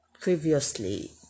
previously